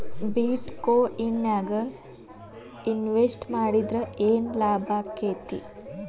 ಬಿಟ್ ಕೊಇನ್ ನ್ಯಾಗ್ ಇನ್ವೆಸ್ಟ್ ಮಾಡಿದ್ರ ಯೆನ್ ಲಾಭಾಕ್ಕೆತಿ?